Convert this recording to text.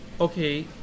Okay